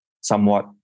somewhat